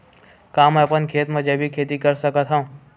का मैं अपन खेत म जैविक खेती कर सकत हंव?